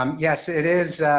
um yes, it is.